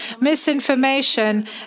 misinformation